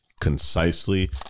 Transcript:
concisely